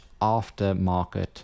aftermarket